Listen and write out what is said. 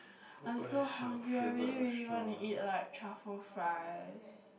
I'm so hungry I really really want to eat like truffle fries